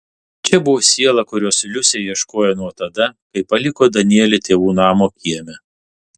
čia buvo siela kurios liusė ieškojo nuo tada kai paliko danielį tėvų namo kieme